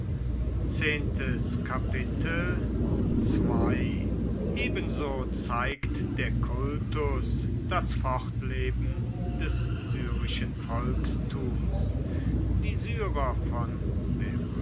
ebenso zeigt der kultus das fortleben des syrischen volkstums die syrer von